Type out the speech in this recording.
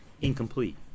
incomplete